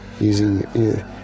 Using